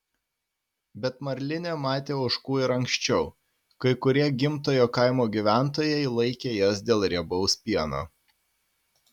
bet marlinė matė ožkų ir anksčiau kai kurie gimtojo kaimo gyventojai laikė jas dėl riebaus pieno